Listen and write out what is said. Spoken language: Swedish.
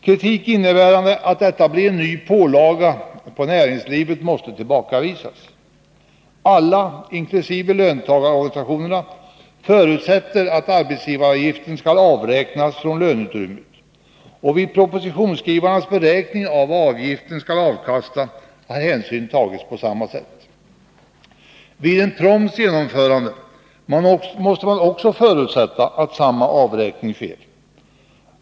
Kritik innebärande att detta blir en ny pålaga på näringslivet måste tillbakavisas. Alla, inkl. löntagarorganisationerna, förutsätter att arbetsgivaravgiften skall avräknas från löneutrymmet, och vid propositionsskrivarnas beräkning av vad avgiften skall avkasta har hänsyn tagits på samma sätt. Vid ett genomförande av proms måste man också förutsätta att avräkning sker.